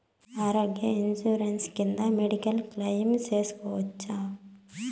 ఆరోగ్య ఇన్సూరెన్సు కింద medical claim సేసుకోవచ్చా?